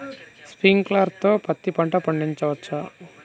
Sprinkler తో పత్తి పంట పండించవచ్చా?